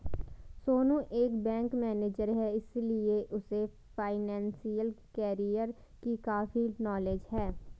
सोनू एक bank manager है इसीलिए उसे फाइनेंशियल कैरियर की काफी नॉलेज है